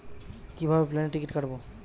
কিভাবে প্লেনের টিকিট কাটব?